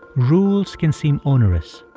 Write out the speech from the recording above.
rules can seem onerous.